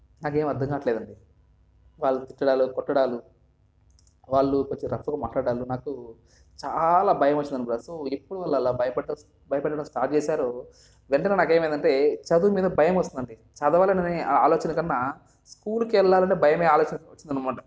నాకు ఏమీ అర్థం కావట్లేదు అండి వాళ్ళు తిట్టడాలు కొట్టడాలు వాళ్ళు కొంచెం రఫ్గా మాట్లాడడాలు నాకు చాలా భయమేసింది అప్పుడు సో ఎప్పుడు వాళ్ళు అలా భయపెట్ట భయపెట్టడం స్టార్ట్ చేశారో వెంటనే నాకు ఏమైంది అంటే చదువు మీద భయం వస్తుందండి చదవాలని ఆలోచన కన్నా స్కూల్కి వెళ్ళాలనే భయమే ఆలోచన వచ్చింది అనమాట